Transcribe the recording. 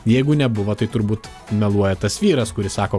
jeigu nebuvo tai turbūt meluoja tas vyras kuris sako